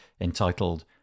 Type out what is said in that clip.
entitled